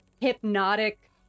hypnotic